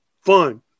fun